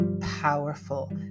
powerful